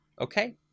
Okay